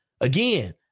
again